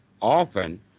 often